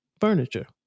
furniture